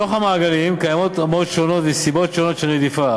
בתוך המעגלים קיימות רמות שנות ונסיבות שונות של רדיפה.